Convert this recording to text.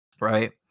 right